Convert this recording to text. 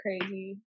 crazy